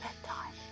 Bedtime